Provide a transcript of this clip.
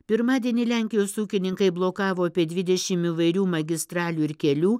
pirmadienį lenkijos ūkininkai blokavo apie dvidešimt įvairių magistralių ir kelių